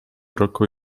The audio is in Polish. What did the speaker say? roku